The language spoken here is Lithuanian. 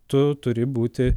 tu turi būti